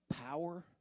power